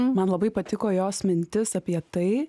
man labai patiko jos mintis apie tai